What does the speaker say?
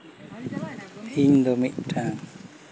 ᱤᱧᱫᱚ ᱢᱤᱫᱴᱟᱝ